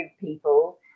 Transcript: people